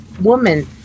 woman